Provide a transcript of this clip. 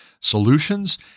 solutions